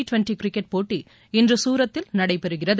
twenty cricket போட்டி இன்று சூரத்தில் நடைபெறுகிறது